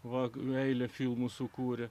va meilė filmų sukūrė